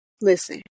listen